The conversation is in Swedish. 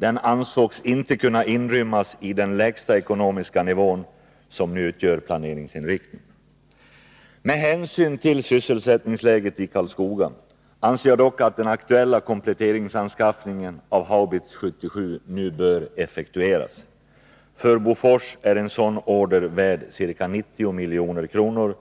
Den ansågs inte kunna inrymmas i den lägsta ekonomiska nivån — som nu utgör planeringsinriktning. Med hänsyn till sysselsättningsläget i Karlskoga anser jag dock att den aktuella kompletteringsanskaffningen av haubits 77 nu bör effektueras. För Bofors är en sådan order värd ca 60 milj.kr.,